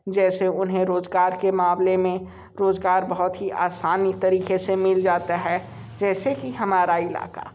जैसे उन्हें रोज़गार के मामले में रोज़गार बहुत ही आसान तरीक़े से मिल जाता है जैसे कि हमारा इलाक़ा